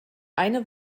eine